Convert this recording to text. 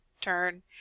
turn